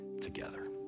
together